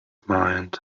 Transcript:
mind